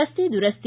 ರಸ್ತೆ ದುರಸ್ತಿ